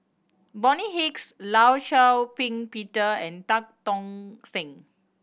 Bonny Hicks Law Shau Ping Peter and Tan Tock San